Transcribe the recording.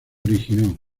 originó